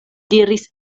diris